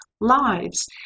lives